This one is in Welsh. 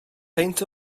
peint